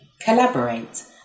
collaborate